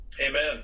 Amen